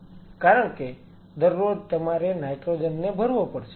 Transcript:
કારણ કે દરરોજ તમારે નાઈટ્રોજન ને ભરવો પડશે